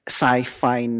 sci-fi